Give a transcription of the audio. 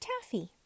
taffy